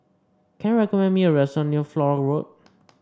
can you recommend me a restaurant near Flora Road